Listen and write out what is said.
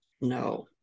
No